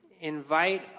invite